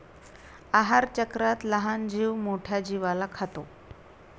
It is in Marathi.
आहारचक्रात लहान जीव मोठ्या जीवाला खातो